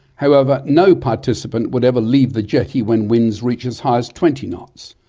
however, no participant would ever leave the jetty when winds reach as high as twenty knots.